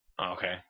Okay